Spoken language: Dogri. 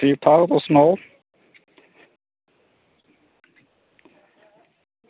ठीक ठाक तुस सनाओ